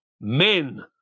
men